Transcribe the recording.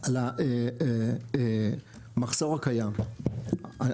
על המחסור הקיים --- ברור.